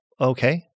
okay